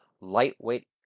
lightweight